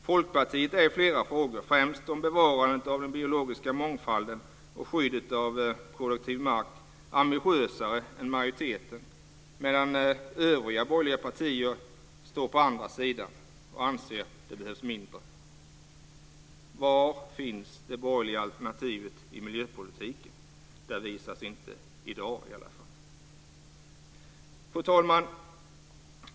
Folkpartiet är i flera frågor, främst om bevarandet av den biologiska mångfalden och skyddet av kollektiv mark, ambitiösare än majoriteten medan övriga borgerliga partier står på andra sidan och anser att det behövs mindre. Var finns det borgerliga alternativet i mijöpolitiken? Det visas inte i dag i alla fall. Fru talman!